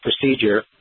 procedure